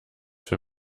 für